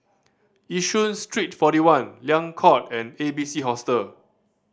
Yishun Street Forty One Liang Court and A B C Hostel